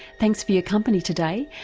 thanks for your company today,